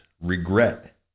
regret